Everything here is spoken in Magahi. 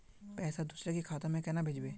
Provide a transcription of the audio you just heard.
पैसा दूसरे के खाता में केना भेजबे?